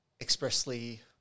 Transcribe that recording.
expressly